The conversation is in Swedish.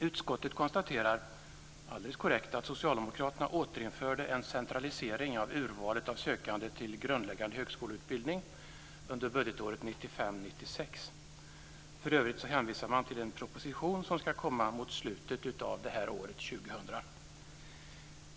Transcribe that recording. Utskottet konstaterar alldeles korrekt att socialdemokraterna återinförde en centralisering av urvalet av sökande till grundläggande högskoleutbildning under budgetåret 1995/96. För övrigt hänvisar man till en proposition som ska läggas fram mot slutet av detta år.